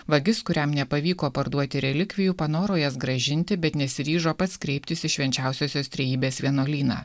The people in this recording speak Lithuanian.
vagis kuriam nepavyko parduoti relikvijų panoro jas grąžinti bet nesiryžo pats kreiptis į švenčiausiosios trejybės vienuolyną